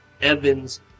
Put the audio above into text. Evans